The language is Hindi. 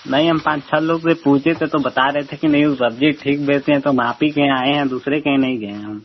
नहीं हम पाँच छह लोग से पूछे थे तो बता रहे थे कि नहीं वह सब्ज़ी ठीक बेचती हैं तो हम आप ही के यहाँ आए हैं दूसरे के यहाँ नहीं गए हम